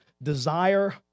Desire